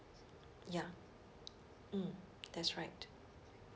ya mm that's right